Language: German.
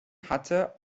hatte